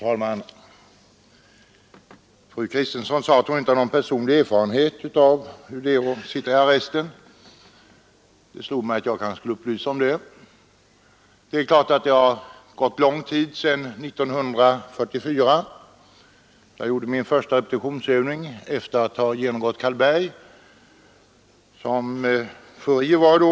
Torsdagen den Fru talman! Fru Kristensson sade att hon inte har någon personlig 14 december 1972 erfarenhet av hur det är att sitta i arresten. Det slog mig då att jag kanske skulle upplysa henne om det. Det har nu gått lång tid sedan 1944, när jag gjorde min första repetitionsövning efter att ha genomgått Karlberg. Jag var furir på den tiden.